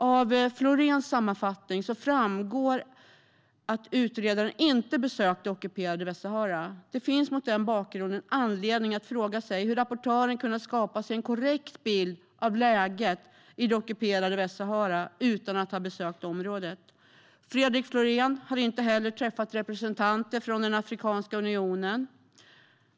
Av Floréns sammanfattning framgår att utredaren inte har besökt det ockuperade Västsahara. Det finns anledning att fråga sig hur rapportören kunnat skapa sig en korrekt bild av läget i det ockuperade Västsahara utan att ha besökt området. Fredrik Florén har inte heller träffat representanter för Afrikanska unionen.